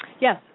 Yes